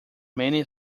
many